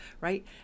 right